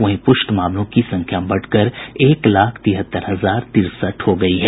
वहीं प्रष्ट मामलों की संख्या बढ़कर एक लाख तिहत्तर हजार तिरसठ हो गयी है